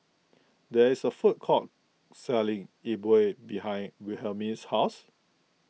there is a food court selling E Bua behind Wilhelmine's house